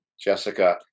Jessica